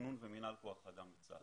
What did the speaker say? תכנון ומינהל כוח אדם בצה"ל.